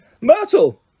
Myrtle